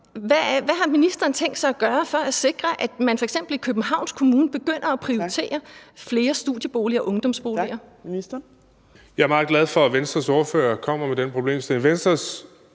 Hvad har ministeren tænkt sig at gøre for at sikre, at man f.eks. i Københavns Kommune begynder at prioritere flere studieboliger og ungdomsboliger? Kl. 14:40 Fjerde næstformand (Trine Torp): Tak. Ministeren.